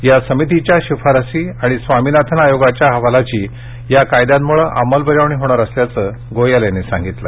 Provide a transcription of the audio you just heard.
या समितीच्या शिफारसी आणि स्वामीनाथन आयोगाच्या अहवालाची या कायद्यांमुळे अंमलबजावणी होणार असल्याचं गोयल यांनी सांगितलं